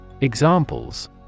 Examples